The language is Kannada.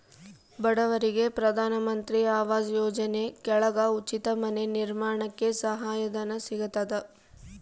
ಬಡವರಿಗೆ ಪ್ರಧಾನ ಮಂತ್ರಿ ಆವಾಸ್ ಯೋಜನೆ ಕೆಳಗ ಉಚಿತ ಮನೆ ನಿರ್ಮಾಣಕ್ಕೆ ಸಹಾಯ ಧನ ಸಿಗತದ